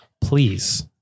Please